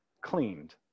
cleaned